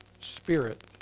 Spirit